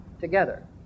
together